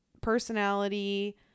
personality